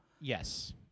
Yes